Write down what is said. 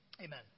Amen